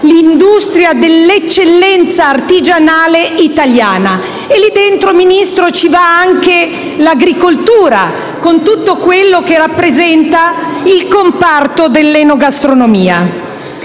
l'industria dell'eccellenza artigianale italiana. Al suo interno, signor Ministro, c'è anche l'agricoltura, con tutto quello che rappresenta il comparto dell'enogastronomia.